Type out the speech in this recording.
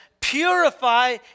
purify